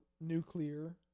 nuclear